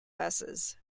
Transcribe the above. buses